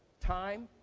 time,